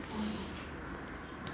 oh